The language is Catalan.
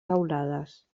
teulades